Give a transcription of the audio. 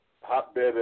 hotbed